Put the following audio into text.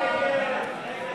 הצעת